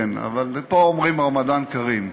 כן, אבל מפה אומרים "רמדאן כרים".